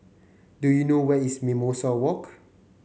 do you know where is Mimosa Walk